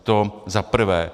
To za prvé.